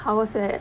I was at